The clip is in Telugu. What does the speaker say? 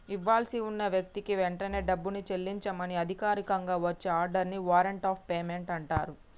ఇవ్వాల్సి ఉన్న వ్యక్తికి వెంటనే డబ్బుని చెల్లించమని అధికారికంగా వచ్చే ఆర్డర్ ని వారెంట్ ఆఫ్ పేమెంట్ అంటరు